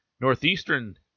Northeastern